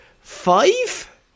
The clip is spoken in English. five